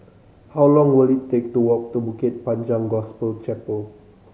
how long will it take to walk to Bukit Panjang Gospel Chapel